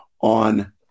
on